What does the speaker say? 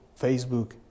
Facebook